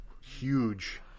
huge